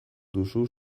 duzu